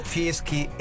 Fieschi